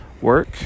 work